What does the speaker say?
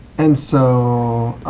and so